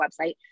website